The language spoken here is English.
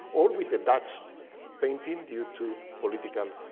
or with the dutch painting due to political